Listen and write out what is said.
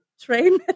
train